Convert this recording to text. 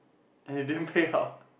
and it didn't payout